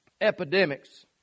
Epidemics